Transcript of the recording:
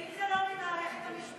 ואם זה לא ממערכת המשפט?